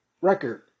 record